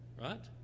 Right